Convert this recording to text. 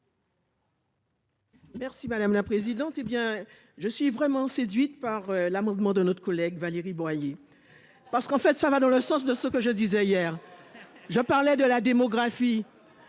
Merci madame la présidente. Bien, je suis vraiment séduite par l'amendement de notre collègue Valérie Boyer. Parce qu'en fait ça va dans le sens de ce que je disais hier. Je parlais de la démographie.